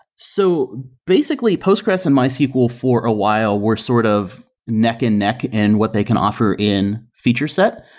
so basically postgres and mysql for a while were sort of neck and neck and what they can offer in feature set.